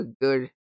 good